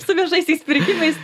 su viešaisiais pirkimais